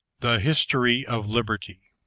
the history of liberty